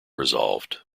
resolved